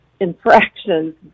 Infractions